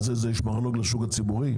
אז יש מרלו"ג לשוק הציבורי?